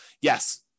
yes